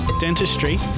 Dentistry